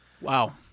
Wow